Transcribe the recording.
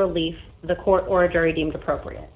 relief the court or a jury deems appropriate